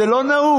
זה לא נהוג.